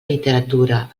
literatura